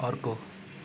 अर्को